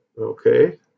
okay